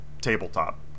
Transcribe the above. tabletop